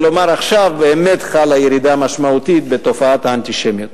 ולומר: עכשיו באמת חלה ירידה משמעותית בתופעת האנטישמיות.